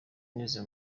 nize